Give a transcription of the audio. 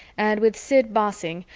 and with sid bossing,